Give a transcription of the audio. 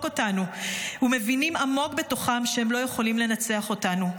אותנו ומבינים עמוק בתוכם שהם לא יכולים לנצח אותנו.